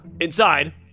inside